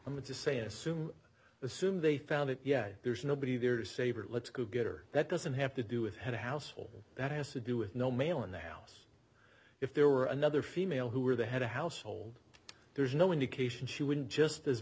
i'm going to say assume assume they found it yet there's nobody there saber let's go get her that doesn't have to do with head of household that has to do with no male in the house if there were another female who were the head of household there's no indication she would just as